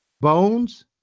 Bones